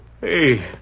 Hey